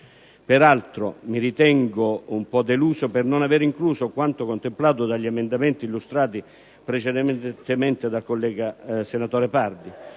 Peraltro, mi ritengo un po' deluso per non aver incluso quanto contemplato dagli emendamenti illustrati precedentemente dal collega senatore Pardi.